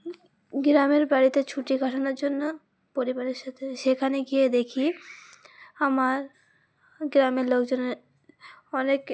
গ্রামের বাড়িতে ছুটি কাটানোর জন্য পরিবারের সাথে সেখানে গিয়ে দেখি আমার গ্রামের লোকজনের অনেকে